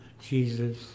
Jesus